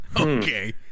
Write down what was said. Okay